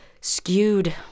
skewed